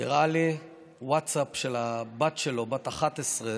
הראה לי ווטסאפ של הבת שלו, בת 11,